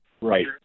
Right